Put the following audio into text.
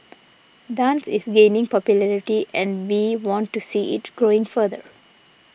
dance is gaining popularity and we want to see it growing further